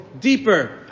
deeper